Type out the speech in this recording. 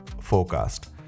forecast